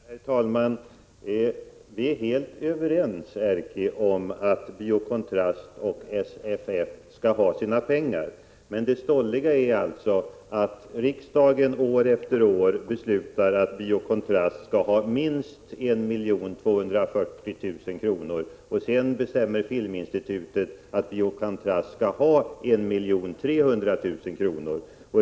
Herr talman! Vi är helt överens om, Erkki Tammenoksa, att Bio Kontrast och SFF skall ha sina pengar. Men det stolliga är att riksdagen år efter år beslutar att Bio Kontrast skall ha minst 1 240 000 kr. — och sedan bestämmer filminstitutet att Bio Kontrast skall ha 1 300 000 kr.